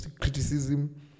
criticism